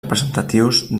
representatius